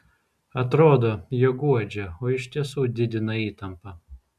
atrodo jog guodžia o iš tiesų didina įtampą